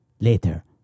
later